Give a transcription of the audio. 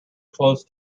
close